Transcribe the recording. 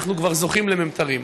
אנחנו כבר זוכים לממטרים.